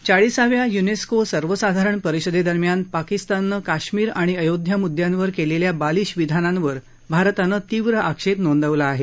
चाळीसाव्या UNESCO सर्वसाधरण परिषदे दरम्यान पाकिस्ताननं काश्मीर आणि अयोध्या मुद्द्यांवर केलेल्या बालीश विधानांवर भारतानं तीव्र आक्षेप नोंदवला आहे